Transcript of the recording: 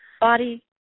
Body